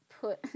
Put